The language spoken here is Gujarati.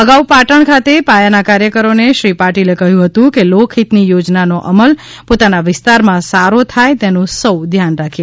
અગાઉ પાટણ ખાતે પાયાના કાર્યકરો ને શ્રીપાટિલે કહ્યું હતું કે લોકહિતની યોજના નો અમલ પોતાના વિસ્તારમાં સારો થાય તેનુંસૌ ધ્યાન રાખે